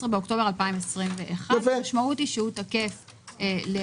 ב-13באוקטובר 2021. המשמעות היא שהוא תקף לחודשיים,